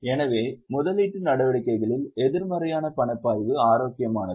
எனவே முதலீட்டு நடவடிக்கைகளில் எதிர்மறையான பணப்பாய்வு ஆரோக்கியமானது